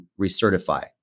recertify